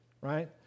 right